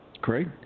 Great